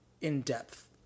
in-depth